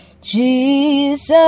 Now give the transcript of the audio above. jesus